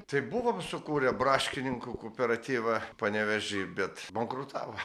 tai buvom sukūrę braškininkų kooperatyvą panevėžy bet bankrutavo